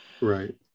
Right